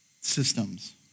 systems